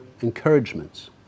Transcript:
encouragements